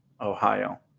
Ohio